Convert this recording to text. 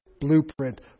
blueprint